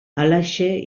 halaxe